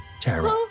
terror